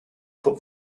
put